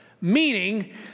meaning